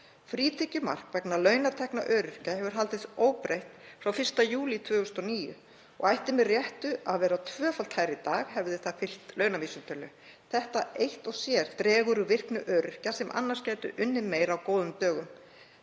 Frítekjumark vegna launatekna öryrkja hefur haldist óbreytt frá 1. júlí 2009 og ætti með réttu að vera tvöfalt hærra í dag, hefði það fylgt launavísitölu. Þetta eitt og sér dregur úr virkni öryrkja sem annars gætu unnið meira á góðum dögum.